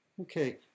Okay